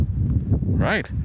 Right